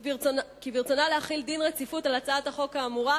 כי ברצונה להחיל דין רציפות על הצעת החוק האמורה.